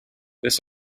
this